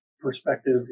perspective